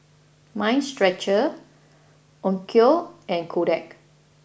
Mind Stretcher Onkyo and Kodak